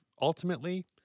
ultimately